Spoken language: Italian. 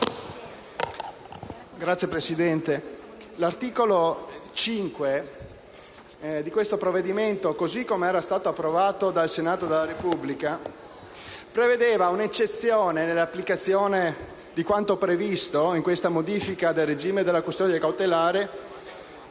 Signor Presidente, l'articolo 5 di questo provvedimento, così come era stato approvato dal Senato della Repubblica, prevedeva un'eccezione, nell'applicazione di quanto previsto in questa modifica del regime della custodia cautelare,